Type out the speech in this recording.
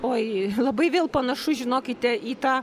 oi labai vėl panašu žinokite į tą